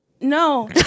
No